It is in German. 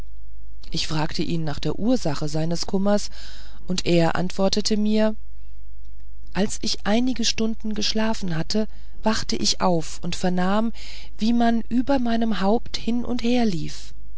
ich fragte ihn nach der ursache seines kummers und er antwortete mir als ich einige stunden geschlafen hatte wachte ich auf und vernahm wie man über meinem haupt hin und her lief